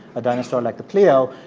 a dinosaur like the pleo,